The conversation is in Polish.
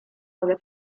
mogę